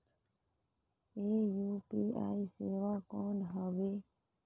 ये यू.पी.आई सेवा कौन हवे?